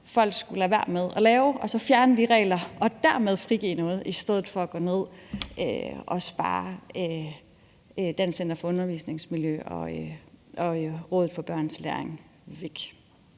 folk skulle lade være med at lave, og så fjerne de regler og dermed frigive noget i stedet for at spare Dansk Center for Undervisningsmiljø og Rådet for Børns Læring væk.